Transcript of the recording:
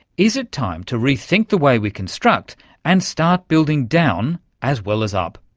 is it time to rethink the way we construct and start building down as well as up?